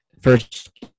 first